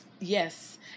Yes